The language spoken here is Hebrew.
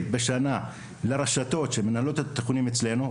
בשנה לרשתות שמנהלות את התיכונים אצלנו.